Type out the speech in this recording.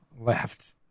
left